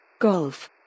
Golf